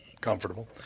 comfortable